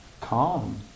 calm